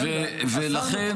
באמת.